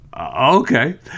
Okay